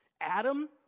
Adam